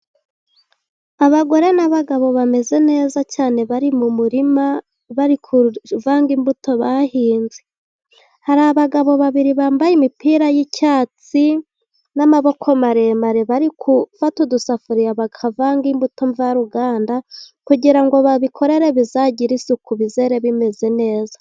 Abagore n'abagabo bameze neza cyane, bari mu murima, bari kuvanga imbuto bahinze, hari abagabo babiri bambaye imipira y'icyatsi, n'amaboko maremare, bari gufata udusafuriya, bakavanga imbuto mvaruganda, kugira ngo babikorere bizagire isuku, bizere bimeze neza.